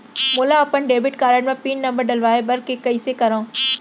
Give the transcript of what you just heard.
मोला अपन debit card म पिन नंबर डलवाय बर हे कइसे करव?